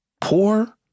poor